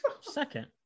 Second